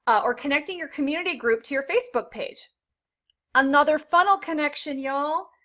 or connecting your community group to your facebook page another funnel connection y'all.